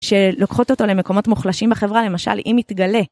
שלוקחות אותו למקומות מוחלשים בחברה, למשל, אם יתגלה.